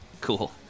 Cool